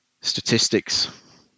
statistics